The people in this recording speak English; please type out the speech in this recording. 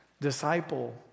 disciple